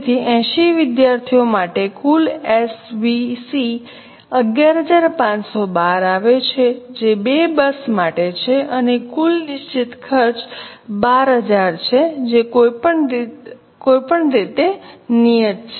તેથી 80 વિદ્યાર્થીઓ માટે કુલ એસવીસી 11512 આવે છે જે 2 બસ માટે છે અને કુલ નિશ્ચિત ખર્ચ 12000 છે જે કોઈપણ રીતે નિયત છે